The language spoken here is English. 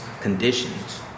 conditions